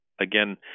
again